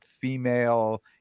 female